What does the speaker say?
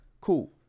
Cool